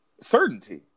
Certainty